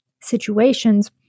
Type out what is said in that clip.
situations